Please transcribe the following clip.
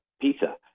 pizza